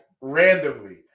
randomly